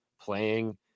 playing